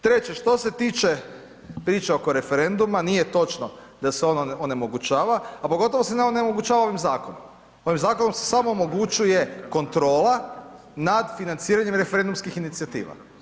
Treće, što se tiče priča oko referenduma, nije točno da se ono onemogućava, a pogotovo se ne onemogućava ovim zakonom, ovim zakonom se samo omogućuje kontrola nad financiranjem referendumskih inicijativa.